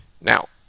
Now